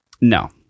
No